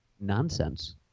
nonsense